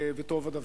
וטוב הדבר.